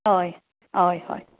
हय हय हय